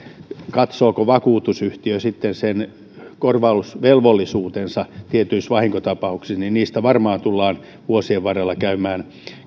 katsooko vakuutusyhtiö sitten sen korvausvelvollisuutensa tietyissä vahinkotapauksissa ja niistä varmaan tullaan vuosien varrella käymään